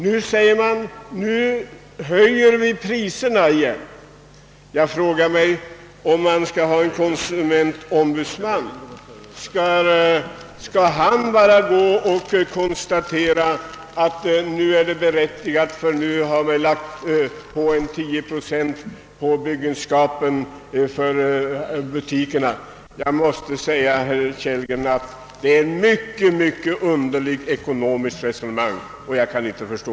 Nu säger man i stället: Nu höjer vi priserna igen. Jag frågar mig också: Om vi skulle ha en konsumentombudsman, skulle då denne bara gå omkring och konstatera, att det nu är berättigat med t.ex. en tioprocentig prishöjning på varorna på grund av att man lagt en avgift på byggandet av butiker? Jag måste säga, herr Kellgren, att detta är ett mycket underligt ekonomiskt resonemang, som jag inte kan förstå.